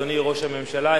אדוני ראש הממשלה,